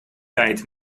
tijd